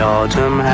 Autumn